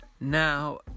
Now